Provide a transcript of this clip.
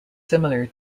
similar